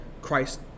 Christ